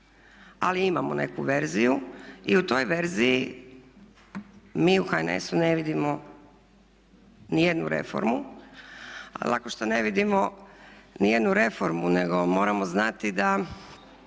ali imamo neku verziju. I u toj verziji mi u HNS-u ne vidimo ni jednu reformu. Ali lako što ne vidimo ni jednu reformu nego moramo znati da